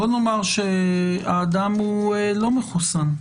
נאמר שהאדם לא מחוסן,